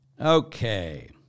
Okay